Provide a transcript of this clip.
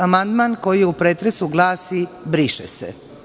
Amandman koji je u pretresu glasi – briše se.